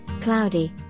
Cloudy